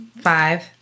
five